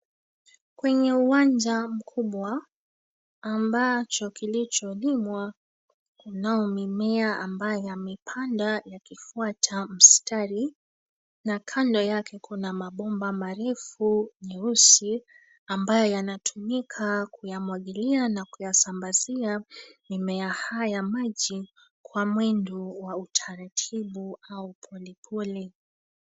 Kwenye uwanja mkubwa ambacho kilicholimwa, kunao mimea ambayo yamepanda yakifuata mstari na kando yake kuna mabomba marefu nyeusi ambayo yanatumika kuyamwagilia na kuyasambazia mimea haya maji kwa mwendo wa utaratibu au pole pole.